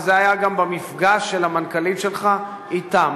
וזה היה גם במפגש של המנכ"לית שלך אתן.